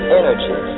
energy